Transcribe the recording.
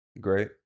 Great